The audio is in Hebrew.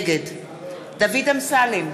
נגד דוד אמסלם,